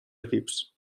equips